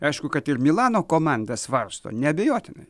aišku kad ir milano komanda svarsto neabejotinai